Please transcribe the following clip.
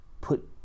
Put